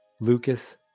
Lucas